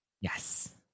yes